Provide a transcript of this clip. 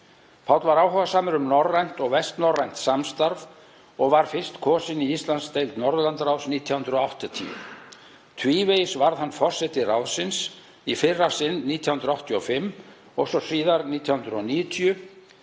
Páll var áhugasamur um norrænt og vestnorrænt samstarf og var fyrst kosinn í Íslandsdeild Norðurlandaráðs 1980. Tvívegis varð hann forseti ráðsins, í fyrra sinn 1985 og svo síðar 1990,